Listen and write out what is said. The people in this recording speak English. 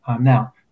Now